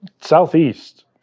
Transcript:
Southeast